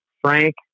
Frank